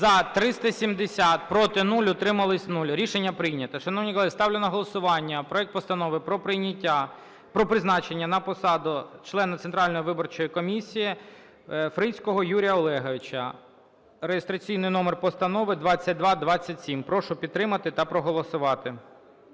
За-370 Проти – 0, утрималися – 0. Рішення прийнято. Шановні колеги, ставлю на голосування проект Постанови про прийняття… про призначення на посаду члена Центральної виборчої комісії Фрицького Юрія Олеговича (реєстраційний номер Постанови 2227). Прошу підтримати та проголосувати.